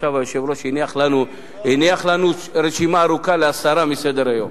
עכשיו היושב-ראש הניח לנו רשימה ארוכה להסרה מסדר-היום.